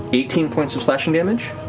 eighteen points of slashing damage.